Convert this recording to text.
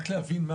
רק להבין,